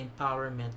empowerment